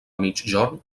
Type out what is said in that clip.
migjorn